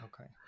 Okay